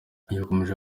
yakomeje